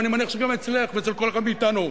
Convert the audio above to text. ואני מניח שגם אצלך ואצל כל אחד מאתנו,